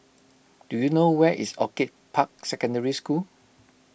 do you know where is Orchid Park Secondary School